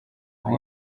amwe